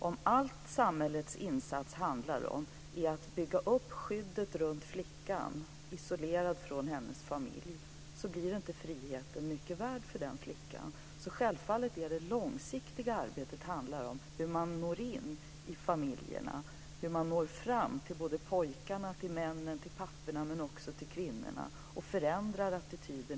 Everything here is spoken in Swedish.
Om alla insatser från samhället handlar om att bygga upp ett skydd runt flickan isolerad från hennes familj, blir friheten inte mycket värd för henne. Självfallet handlar det långsiktiga arbetet om hur man når in i familjerna, såväl till papporna och sönerna som till kvinnorna, och förändrar deras attityder.